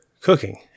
cooking